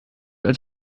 als